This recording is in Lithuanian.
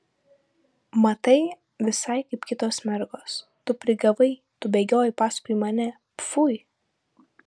matai visai kaip kitos mergos tu prigavai tu bėgiojai paskui mane pfui